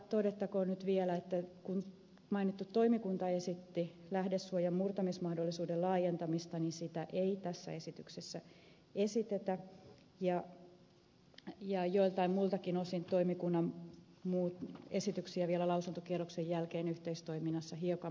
todettakoon nyt vielä että kun mainittu toimikunta esitti lähdesuojan murtamismahdollisuuden laajentamista niin sitä ei tässä esityksessä esitetä ja joiltain muiltakin osin toimikunnan esityksiä vielä lausuntokierroksen jälkeen yhteistoiminnassa hiukan muutettiin